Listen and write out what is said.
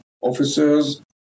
officers